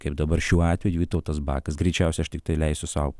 kaip dabar šiuo atveju vytautas bakas greičiausiai aš tiktai leisiu sau